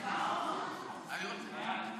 אתה רוצה להתנגד?